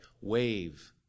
Wave